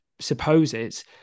Supposes